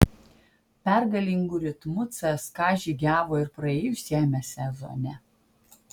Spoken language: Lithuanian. pergalingu ritmu cska žygiavo ir praėjusiame sezone